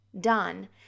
done